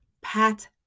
Pat